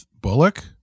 bullock